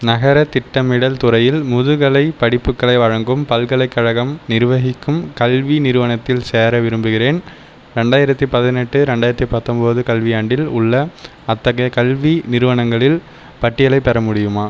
நகரத் திட்டமிடல் துறையில் முதுகலைப் படிப்புகளை வழங்கும் பல்கலைக்கழகம் நிர்வகிக்கும் கல்வி நிறுவனத்தில் சேர விரும்புகிறேன் ரெண்டாயிரத்தி பதினெட்டு ரெண்டாயிரத்தி பத்தொம்போது கல்வியாண்டில் உள்ள அத்தகைய கல்வி நிறுவனங்களின் பட்டியலைப் பெற முடியுமா